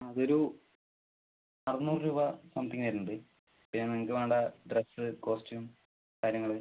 അതൊരു അറുനൂറ് രൂപ സംതിങ് വരുന്നുണ്ട് പിന്നെ നിങ്ങൾക്ക് വേണ്ട ഡ്രസ്സ് കോസ്റ്റ്യൂം കാര്യങ്ങൾ